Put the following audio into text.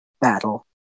battle